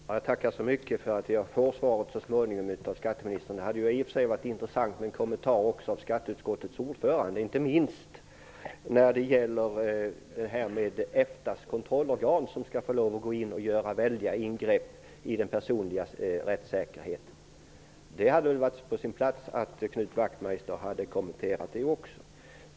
Fru talman! Jag tackar så mycket för att jag så småningom får svaret av skatteministern. Det hade i och för sig varit intressant med en kommentar också av skatteutskottets ordförande, inte minst när det gäller EFTA:s kontrollorgan, som skall få lov att göra väldiga ingrepp i den personliga rättssäkerheten. Det hade varit på sin plats att Knut Wachtmeister hade kommenterat det också.